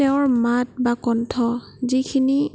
তেওঁৰ মাত বা কণ্ঠ যিখিনি